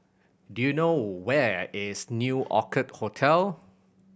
do you know where is New Orchid Hotel